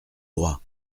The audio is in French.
droit